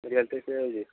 medical ଟେଷ୍ଟରେ ହେଇ ଯାଉଛି